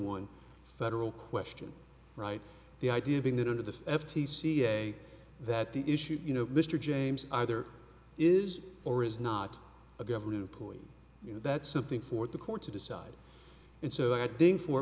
one federal question right the idea being that under the f t c a that the issue you know mr james either is or is not a government employee you know that's something for the court to decide and so i think for